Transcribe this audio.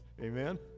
Amen